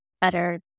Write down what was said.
better